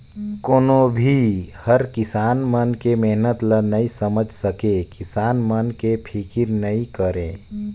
कोनो भी हर किसान मन के मेहनत ल नइ समेझ सके, किसान मन के फिकर नइ करे